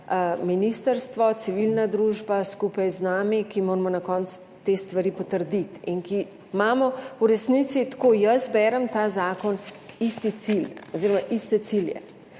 ministrstvo, civilna družba skupaj z nami, ki moramo na koncu te stvari potrditi in ki imamo v resnici, tako jaz berem ta zakon, isti cilj